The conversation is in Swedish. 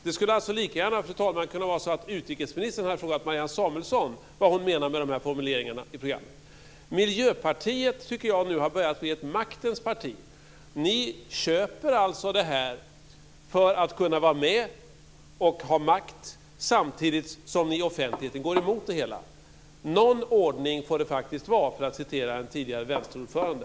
Det skulle alltså lika gärna kunna vara så att utrikesministern hade frågat Marianne Samuelsson vad hon menar med de här formuleringarna i programmet. Miljöpartiet tycker jag har börjat bli ett maktens parti. Ni köper det här för att kunna vara med och ha makt, samtidigt som ni offentligt går emot det hela. Någon ordning får det faktiskt vara, för att citera en tidigare vänsterordförande.